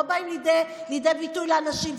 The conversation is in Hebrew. לא באים לידי ביטוי לאנשים.